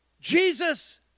jesus